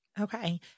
okay